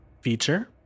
feature